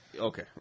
Okay